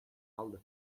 aldı